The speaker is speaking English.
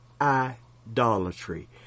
idolatry